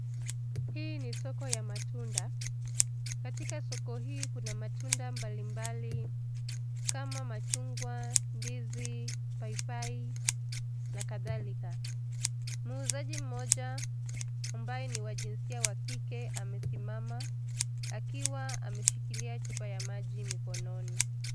Hii ni soko ya matunda. Katika soko hii kuna matunda mbalimbali kama machungwa, ndizi, paipai, na kadhalika. Muuzaji mmoja ambaye ni wa jisia wa kike amesimama akiwa ameshikilia chupa ya maji mikononi.